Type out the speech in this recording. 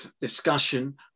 discussion